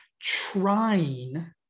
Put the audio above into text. Trying